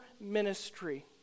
ministry